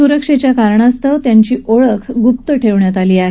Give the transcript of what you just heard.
सुरक्षेच्या कारणामुळे या तरुणांची ओळख गुप्त ठेवण्यात आली आहे